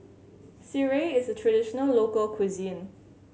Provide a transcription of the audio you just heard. Sireh is a traditional local cuisine